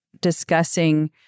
discussing